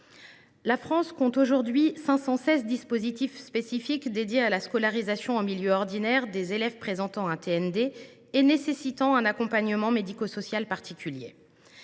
La France compte aujourd’hui 516 dispositifs spécifiques dédiés à la scolarisation en milieu ordinaire des élèves présentant un TND et nécessitant un accompagnement médico social particulier.